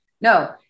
No